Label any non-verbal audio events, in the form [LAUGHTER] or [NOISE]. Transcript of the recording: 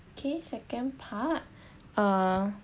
okay second part [BREATH] uh